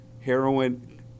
heroin